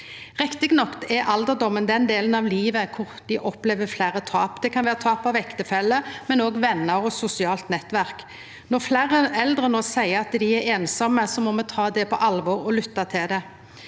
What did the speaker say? Rett nok er alderdommen den delen av livet då ein opplever fleire tap. Det kan vera tap av ektefelle, men også av vener og sosialt nettverk. Når fleire eldre no seier at dei er einsame, må me ta det på alvor og lytta til det.